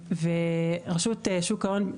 רשות שוק ההון,